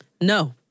No